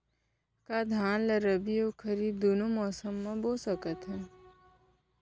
का धान ला रबि अऊ खरीफ दूनो मौसम मा बो सकत हन?